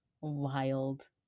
Wild